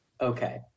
Okay